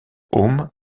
heaume